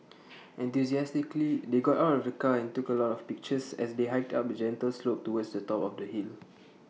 enthusiastically they got out of the car and took A lot of pictures as they hiked up A gentle slope towards the top of the hill